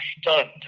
stunned